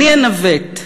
"אני אנווט",